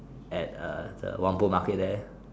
at uh the Whampoa market there